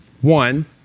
one